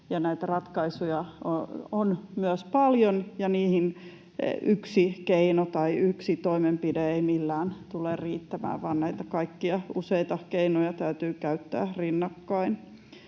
ja näitä ratkaisuja on myös paljon ja niihin yksi keino tai yksi toimenpide ei millään tule riittämään, vaan näitä kaikkia useita keinoja täytyy käyttää rinnakkain.